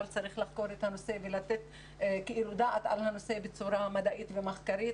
אבל צריך לחקור את הנושא ולתת דעת על הנושא בצורה מדעית ומחקרית,